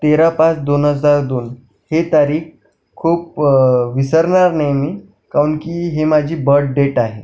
तेरा पाच दोन हजार दोन हे तारीख खूप विसरणार नाही मी काहून की ही माझी बड डेट आहे